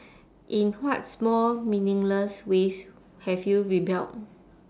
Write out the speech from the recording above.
in what small meaningless ways have you rebelled